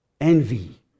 envy